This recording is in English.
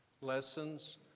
lessons